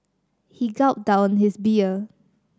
he gulped down his beer